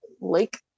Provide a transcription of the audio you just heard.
lake